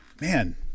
Man